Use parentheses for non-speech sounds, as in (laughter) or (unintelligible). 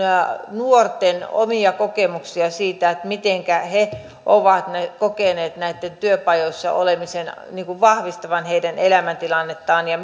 nuorten omia kokemuksia siitä mitenkä he ovat kokeneet työpajoissa olemisen vahvistavan heidän elämäntilannettaan ja (unintelligible)